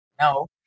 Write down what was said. No